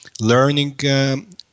learning